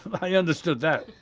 i understood that.